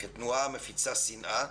כתנועה שמפיצה שנאה,